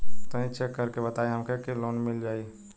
तनि चेक कर के बताई हम के लोन मिल जाई?